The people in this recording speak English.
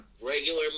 regular